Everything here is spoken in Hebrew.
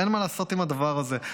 אין מה לעשות עם הדבר הזה.